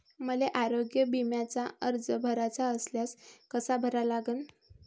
मले आरोग्य बिम्याचा अर्ज भराचा असल्यास कसा भरा लागन?